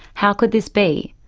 how could this be?